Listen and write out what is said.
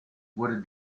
wurde